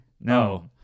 No